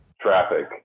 traffic